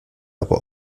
aber